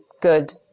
good